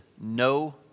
no